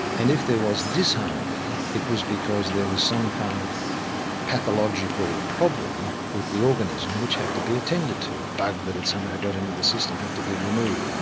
and if there was disharmony, it was because there was some kind of pathological problem with the organism which had to be attended to, a bug that had somehow got into the system and had to be removed.